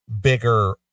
bigger